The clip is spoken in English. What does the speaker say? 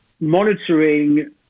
monitoring